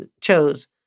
chose